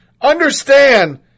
understand